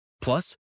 Plus